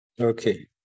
Okay